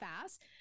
fast